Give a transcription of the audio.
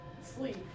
sleep